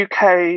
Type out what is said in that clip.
UK